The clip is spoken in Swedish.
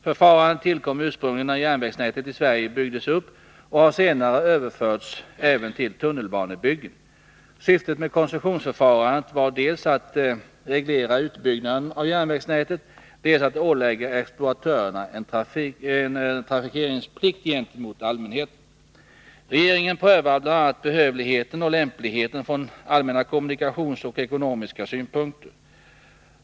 Förfarandet tillkom ursprungligen när järnvägsnätet i Sverige byggdes upp och har senare överförts även till tunnelbanebyggen. Syftet med koncessionsförfarandet var dels att reglera utbyggnaden av järnvägsnätet, dels att ålägga exploatörerna en trafikeringsplikt gentemot allmänheten. Regeringen prövar bl.a. behövligheten och lämpligheten från allmänna kommunikationssynpunkter och ekonomiska synpunkter.